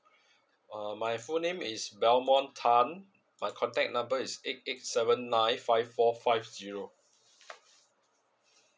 uh my full name is belmon tan my contact number is eight eight seven nine five four five zero